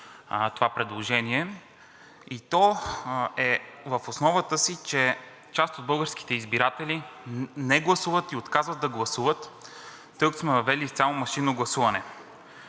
това предложение и то в основата си е, че част от българските избиратели не гласуват и отказват да гласуват, тъй като сме въвели изцяло машинно гласуване.